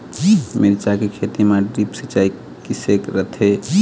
मिरचा के खेती म ड्रिप सिचाई किसे रथे?